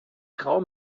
grau